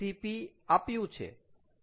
Cp આપ્યું છે